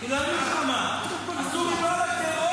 רוצה לעלות?